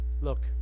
Look